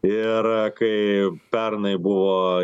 ir kai pernai buvo